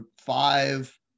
five